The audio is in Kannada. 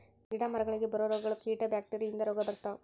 ಗಿಡಾ ಮರಗಳಿಗೆ ಬರು ರೋಗಗಳು, ಕೇಟಾ ಬ್ಯಾಕ್ಟೇರಿಯಾ ಇಂದ ರೋಗಾ ಬರ್ತಾವ